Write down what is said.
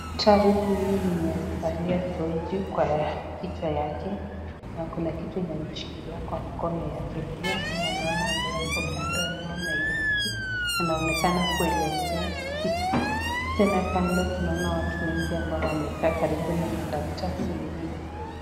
Daktari huyu mwenye amevalia tochi kwa kichwa yake na kuna kitu yenye ameshikilia kwa mkono yake pia, kuna mama ambaye ako kando anaona hiyo kitu. Anaonekana kuelezea kitu, tena kando tunaona watu wengi ambao wamekaa karibu na madaktari wengine.